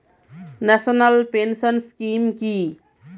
National pension scheme কি?